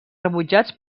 rebutjats